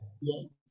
Yes